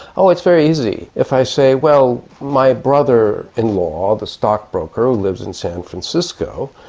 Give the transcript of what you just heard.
oh, it's very easy. if i say, well, my brother-in-law the stockbroker lives in san francisco,